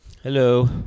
Hello